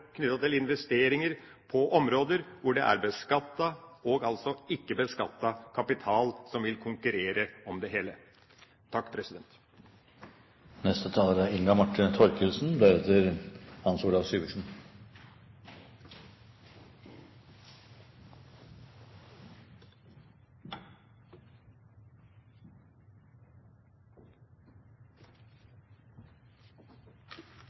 til investeringer på områder hvor det er beskattet og ikke-beskattet kapital som vil konkurrere om det hele.